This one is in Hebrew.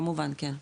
כמובן כן.